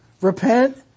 Repent